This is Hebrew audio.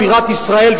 בירת ישראל,